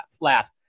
laugh